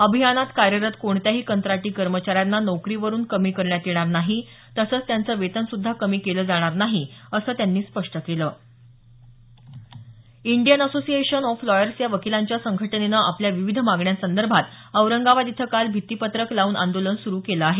अभियानात कार्यरत कोणत्याही कंत्राटी कर्माचाऱ्यांना नोकरीवरुन कमी करण्यात येणार नाही तसंच त्यांचं वेतन सुद्धा कमी केलं जाणार नाही असं त्यांनी स्पष्ट केलं इंडीयन असोसिएशन ऑफ लॉयर्स या वकीलांच्या संघटनेनं आपल्या विविध मागण्यासंदर्भात औरंगाबाद इथं काल भितीपत्रक लावून आंदोलन सुरू केलं आहे